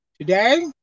Today